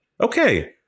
Okay